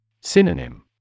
Synonym